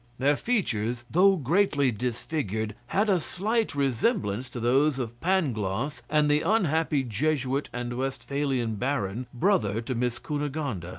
their features though greatly disfigured, had a slight resemblance to those of pangloss and the unhappy jesuit and westphalian baron, brother to miss cunegonde. ah